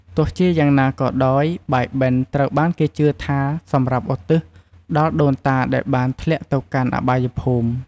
ទោះជាយ៉ាងណាក៏ដោយ បាយបិណ្ឌត្រូវបានគេជឿថាសម្រាប់ឧទ្ទិសដល់ដូនតាដែលបានធ្លាក់ទៅកាន់អបាយភូមិ។